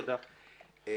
ואני